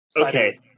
okay